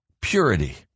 purity